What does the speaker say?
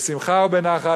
בשמחה ובנחת,